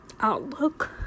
outlook